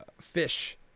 fish